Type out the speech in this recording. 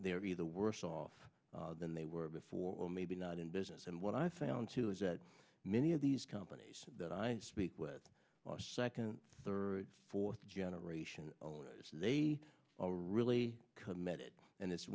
they'll be the worse off than they were before or maybe not in business and what i found too is that many of these companies that i speak are second third fourth generation they are really committed and it's